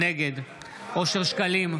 נגד אושר שקלים,